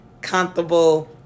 comfortable